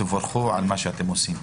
תבורכו על מה שאתם עושים.